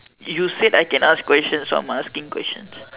you said I can ask question so I am asking question